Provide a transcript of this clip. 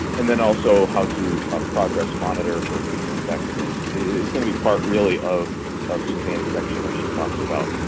and then also how to progress monitor for treatment effectiveness is gonna be part really of of suzanne's section that she talks about.